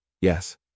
Yes